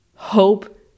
hope